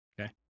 Okay